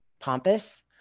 pompous